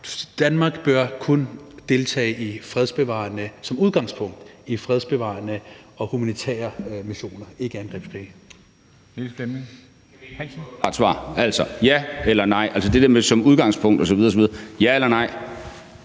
Danmark bør kun deltage i fredsbevarende og humanitære missioner. Forslaget